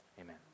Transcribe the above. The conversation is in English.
amen